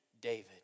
David